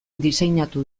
diseinatu